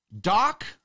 Doc